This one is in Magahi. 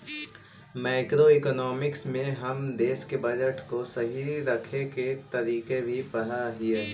मैक्रोइकॉनॉमिक्स में हम देश के बजट को सही रखे के तरीके भी पढ़अ हियई